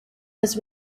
was